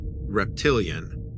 reptilian